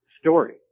story